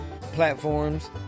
Platforms